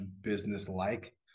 business-like